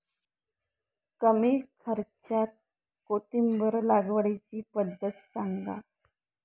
कमी खर्च्यात कोथिंबिर लागवडीची पद्धत सांगा